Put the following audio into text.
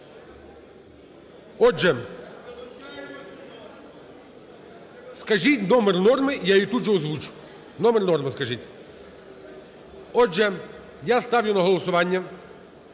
залі) Скажіть номер норми, я її тут же озвучу. Номер норми скажіть. Отже, я ставлю на голосування